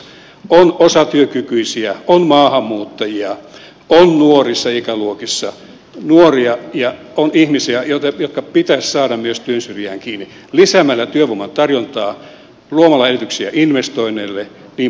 on osatyökykyisiä on maahanmuuttajia on nuorissa ikäluokissa nuoria ja on ihmisiä jotka pitäisi saada myös työn syrjään kiinni lisäämällä työvoiman tarjontaa luomalla edellytyksiä investoinneille jnp